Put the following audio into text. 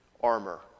armor